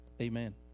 Amen